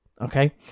Okay